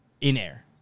In-air